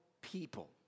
people